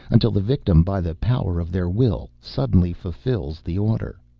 until the victim, by the power of their will, suddenly fulfills the order.